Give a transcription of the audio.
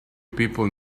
people